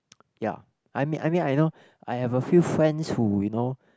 ya I mean I mean I know I have a few friends who you know